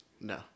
No